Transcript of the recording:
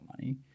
money